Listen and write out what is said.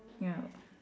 ya